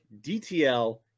DTL